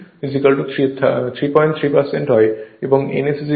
সুতরাং S0033 33 হয়